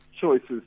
choices